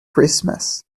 christmas